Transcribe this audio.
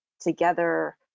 together